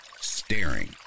staring